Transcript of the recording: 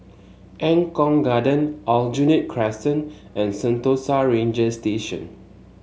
Eng Kong Garden Aljunied Crescent and Sentosa Ranger Station